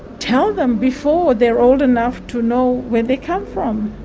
tell them before they're old enough to know where they come from.